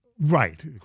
Right